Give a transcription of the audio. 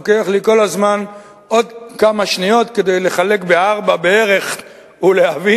לוקח לי כל הזמן עוד כמה שניות כדי לחלק בארבע בערך ולהבין,